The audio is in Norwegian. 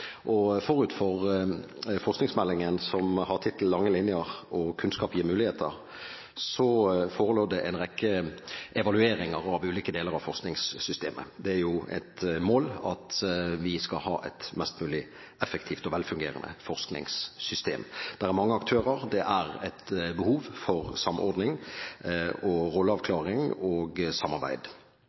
Forut for forskningsmeldingen, som har tittelen Lange linjer – kunnskap gir muligheter, forelå en rekke evalueringer av ulike deler av forskningssystemet. Det er jo et mål at vi skal ha et mest mulig effektivt og velfungerende forskningssystem. Det er mange aktører, og det er et behov for samordning, rolleavklaring og samarbeid.